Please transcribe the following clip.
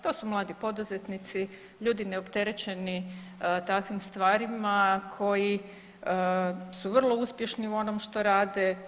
To su mladi poduzetnici, ljudi neopterećeni takvim stvarima koji su vrlo uspješni u onom što rade.